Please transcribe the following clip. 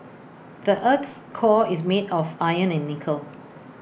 the Earth's core is made of iron and nickel